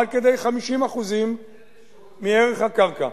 עד כדי 50% מערך הקרקע.